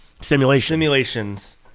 Simulations